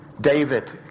David